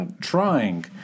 trying